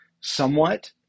somewhat